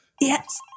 Yes